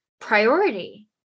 priority